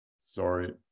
sorry